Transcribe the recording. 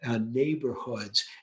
neighborhoods